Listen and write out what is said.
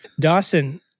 Dawson